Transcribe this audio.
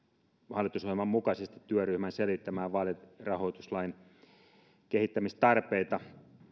hallitusohjelman mukaisesti työryhmän selvittämään vaalirahoituslain kehittämistarpeita